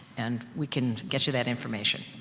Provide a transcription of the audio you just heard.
and we can get you that information.